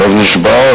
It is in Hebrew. הלב נשבר.